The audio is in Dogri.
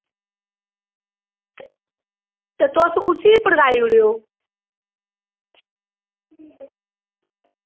ते तुस उसी पड़काई ओड़ेओ